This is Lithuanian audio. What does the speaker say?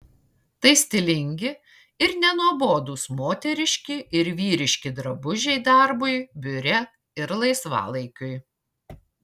tai stilingi ir nenuobodūs moteriški ir vyriški drabužiai darbui biure ir laisvalaikiui